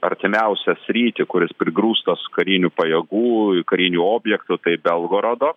artimiausią sritį kuris prigrūstas karinių pajėgų karinių objektų tai belgorodo